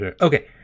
Okay